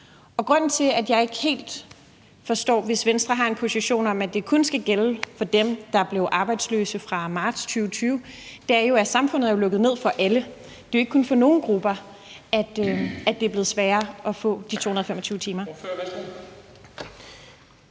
Grunden til, at jeg ikke helt forstår, hvis Venstre har en position om, at det kun skal gælde for dem, der er blevet arbejdsløse fra marts 2020, er, at samfundet jo er lukket ned for alle; det er jo ikke kun for nogle grupper, det er blevet sværere at få de 225 timer.